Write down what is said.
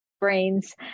brains